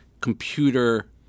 computer